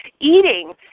eating